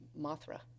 Mothra